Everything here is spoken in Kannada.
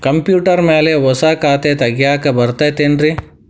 ಕಂಪ್ಯೂಟರ್ ಮ್ಯಾಲೆ ಹೊಸಾ ಖಾತೆ ತಗ್ಯಾಕ್ ಬರತೈತಿ ಏನ್ರಿ?